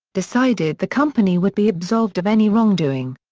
decided the company would be absolved of any wrongdoing.